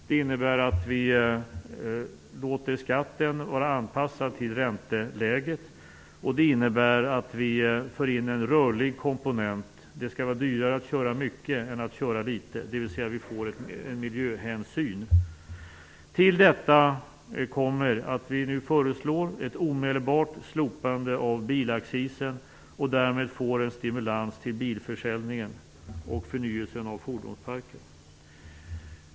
Det innebär också att vi låter skatten vara anpassad till ränteläget och att vi för in en rörlig komponent. Det skall vara dyrare att köra mycket än att köra litet. Vi får miljöhänsyn. Till detta kommer att vi nu föreslår ett omedelbart slopande av bilaccisen, och därmed får en stimulans av bilförsäljningen och förnyelsen av fordonsparken.